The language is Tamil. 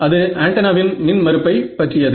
அது ஆண்டனாவின் மின் மறுப்பை பற்றியது